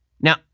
Now